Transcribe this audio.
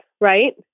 right